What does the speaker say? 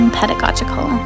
pedagogical